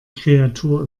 kreatur